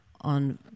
On